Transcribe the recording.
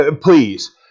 Please